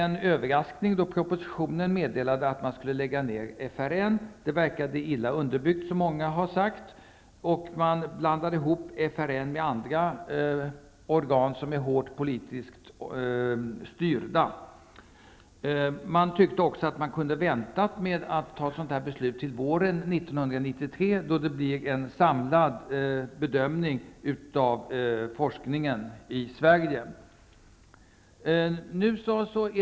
När propositionen meddelade att man skulle lägga ner FRN kom det som en överraskning. Det verkade illa underbyggt, som många har sagt. FRN blandades ihop med andra organ, som är hårt politiskt styrda. Man borde ha kunnat vänta med att fatta ett sådant beslut till våren 1993 då det blir en samlad bedömning av forskningen i Sverige.